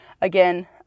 again